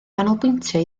ganolbwyntio